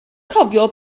cofio